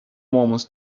moments